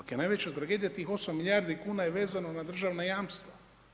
Ako je najveća tragedija tih 8 milijardi kuna je vezano na državna jamstva.